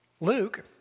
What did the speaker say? Luke